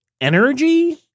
energy